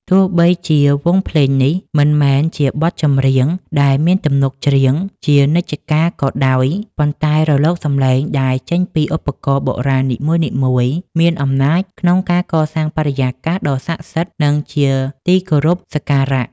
ទោះបីជាវង់ភ្លេងនេះមិនមែនជាបទចម្រៀងដែលមានទំនុកច្រៀងជានិច្ចកាលក៏ដោយ ប៉ុន្តែរលកសម្លេងដែលចេញពីឧបករណ៍បុរាណនីមួយៗមានអំណាចក្នុងការកសាងបរិយាកាសដ៏ស័ក្តិសិទ្ធិ និងជាទីគោរពសក្ការៈ។